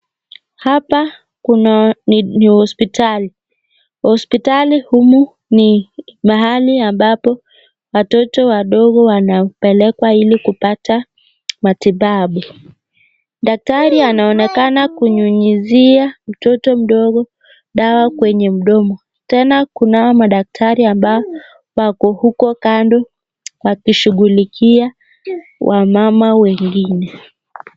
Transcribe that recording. Hapa ni hospitali, hospitali humu ni mahali ambapo watoto wadogo wanapelekwa ili kupata matibabu. Daktari anaonekana kunyunyizia mtoto mdogo dawa kwenye mdomo tena kuna madaktari ambao wako huko kando wakishughulikia wamama wengine.